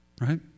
right